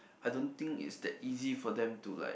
I don't think is that easy for them to like